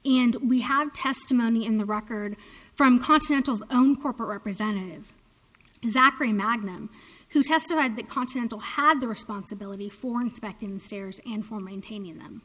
and we have testimony in the record from continental's own corporate representative zachary magnum who testified that continental had the responsibility for inspecting the stairs and for maintaining them